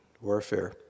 warfare